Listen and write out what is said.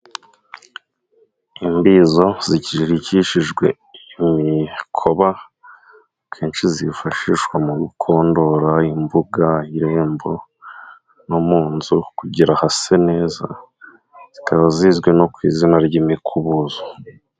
Imbizo zizirikishijwe imikoba akenshi zifashishwa mu gukondora imbuga y'irembo no mu nzu kugira hase neza. Zikaba zizwi no ku izina ry'imikubuzo.